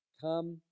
Come